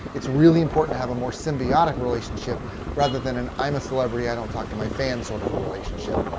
it's really important to have a more symbiotic relationship rather than an i'm a celebrity, i don't talk to my fans sort of a relationship.